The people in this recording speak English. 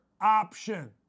option